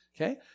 Okay